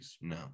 No